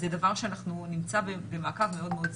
זה דבר שנמצא במעקב מאוד מאוד צמוד.